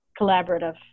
collaborative